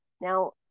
now